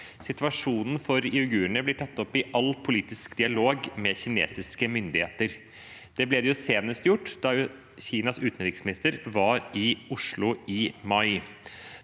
Situasjonen for uigurene blir tatt opp i all politisk dialog med kinesiske myndigheter. Det ble senest gjort da Kinas utenriksminister var i Oslo i mai.